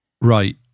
Right